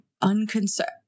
unconcerned